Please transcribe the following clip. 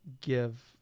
give